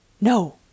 No